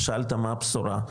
שאלת מה הבשורה,